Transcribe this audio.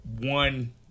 One